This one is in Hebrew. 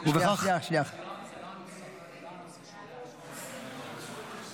בכך אנחנו נתאים את הדין הישראלי למחויבויותיה